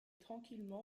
tranquillement